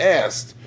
asked